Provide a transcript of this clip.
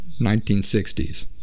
1960s